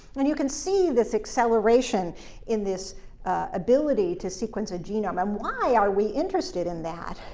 and you can see this acceleration in this ability to sequence a genome, and why are we interested in that?